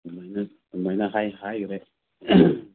ꯑꯗꯨꯃꯥꯏꯅ ꯍꯥꯏꯒ꯭ꯔꯦ